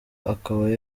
akaba